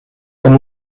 con